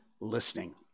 listening